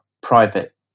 private